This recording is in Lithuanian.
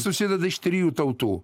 susideda iš trijų tautų